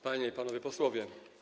Panie i Panowie Posłowie!